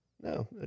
No